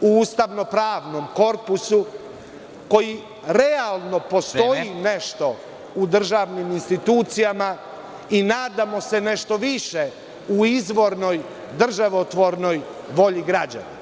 u ustavno-pravnom korpusu koji realno postoji u državnim institucijama i nadamo se nečem više u izvornoj državotvornoj volji građana.